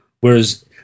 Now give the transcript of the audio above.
Whereas